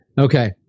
Okay